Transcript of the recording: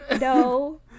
no